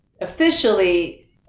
officially